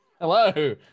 hello